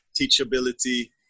teachability